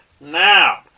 now